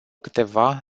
câteva